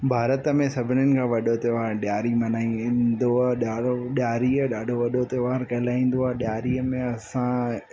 भारत में सभिनीनि खां वॾो त्योहारु ॾियारी मल्हाई वेंदो आहे ॾियारो ॾियारी ॾाढो वॾो त्योहार कहिलांईंदो आहे ॾियारीअ में असां